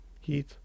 heat